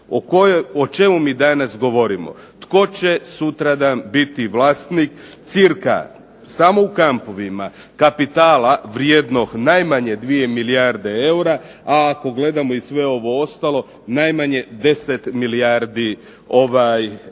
O čemu mi danas govorimo? Tko će sutradan biti vlasnik cirka samo u kampovima kapitala vrijednog najmanje 2 milijarde eura, a ako gledamo i sve ovo ostalo najmanje 10 milijardi eura.